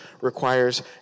requires